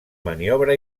maniobra